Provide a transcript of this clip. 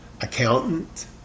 accountant